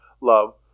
love